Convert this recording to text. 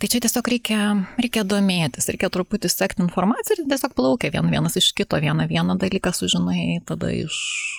tai čia tiesiog reikia reikia domėtis reikia truputį sekt informaciją ir tiesiog plaukia vien vienas iš kito vieną vieną dalyką sužinai tada iš